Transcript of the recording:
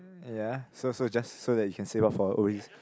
yea so so just so that you can save off for all these